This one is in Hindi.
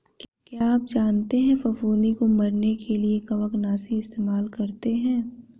क्या आप जानते है फफूंदी को मरने के लिए कवकनाशी इस्तेमाल करते है?